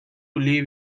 leave